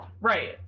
Right